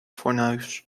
fornuis